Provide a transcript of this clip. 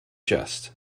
just